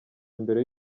imbere